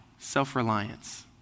self-reliance